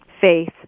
faith